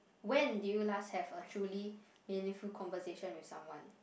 when did you last have a truly meaningful conversation with someone